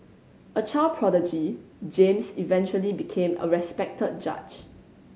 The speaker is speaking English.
a child prodigy James eventually became a respected judge